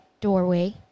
doorway